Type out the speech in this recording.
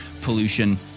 pollution